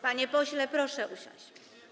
Panie pośle, proszę usiąść.